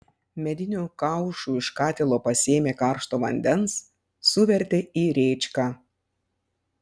mediniu kaušu iš katilo pasėmė karšto vandens suvertė į rėčką